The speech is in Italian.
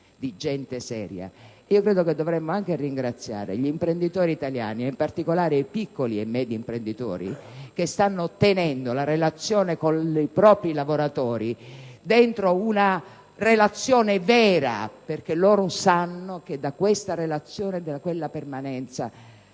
di gente seria. Credo che dovremmo anche ringraziare gli imprenditori italiani, e in particolare i piccoli e medi imprenditori che stanno tenendo una relazione vera con i propri lavoratori, perché loro sanno che da questa relazione e da quella permanenza